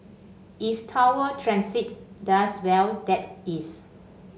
if Tower Transit does well that is